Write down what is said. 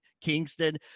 Kingston